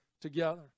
together